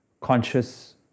conscious